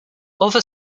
other